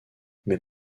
mais